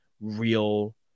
real